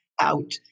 out